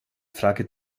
frage